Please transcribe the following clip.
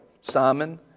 Simon